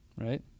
right